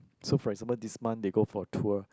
so for example this month they go for tour